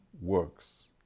works